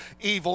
evil